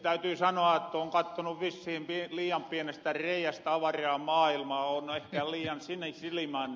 täytyy sanoa että oon kattonu vissiin liian pienestä reiästä avaraa maailmaa oon ehkä liian sinisilimäänen